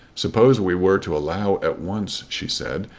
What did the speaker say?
suppose we were to allow at once, she said,